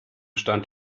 stand